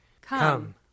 Come